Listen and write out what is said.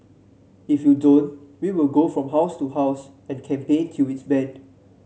if you don't we will go from house to house and campaign till it is banned